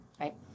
right